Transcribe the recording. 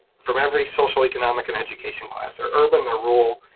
from every social, economic and education class. they're urban, they're rural,